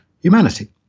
humanity